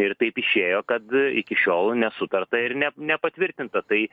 ir taip išėjo kad iki šiol nesutarta ir ne nepatvirtinta tai